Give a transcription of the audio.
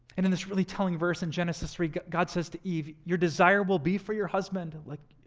and in this really telling verse in genesis where god says to eve, your desire will be for your husband. like,